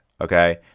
Okay